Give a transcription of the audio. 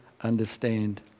understand